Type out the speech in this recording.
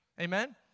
Amen